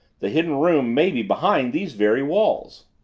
the hidden room may be behind these very walls.